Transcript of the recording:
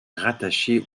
rattachée